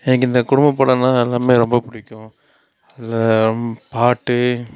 எனக்கு இந்த குடும்ப படன்னால் எல்லாமே ரொம்ப பிடிக்கும் அதில் பாட்டு